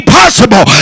possible